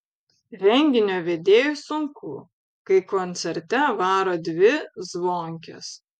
renginio vedėjui sunku kai koncerte varo dvi zvonkės